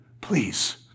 Please